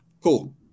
Cool